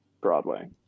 Broadway